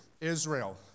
Israel